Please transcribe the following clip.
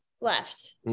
left